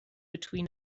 between